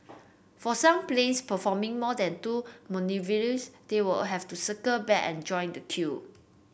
for some planes performing more than two manoeuvres they will have to circle back and join the queue